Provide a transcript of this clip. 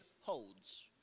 holds